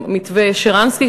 מתווה שרנסקי,